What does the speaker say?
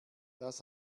das